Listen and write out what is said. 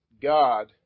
God